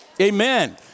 Amen